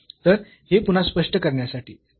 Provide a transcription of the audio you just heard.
तर हे पुन्हा स्पष्ट करण्यासाठी